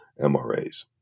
MRAs